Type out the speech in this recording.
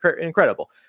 incredible